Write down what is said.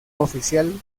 oficial